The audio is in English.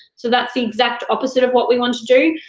so that's the exact opposite of what we want to do.